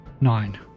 Nine